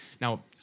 now